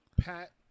Pat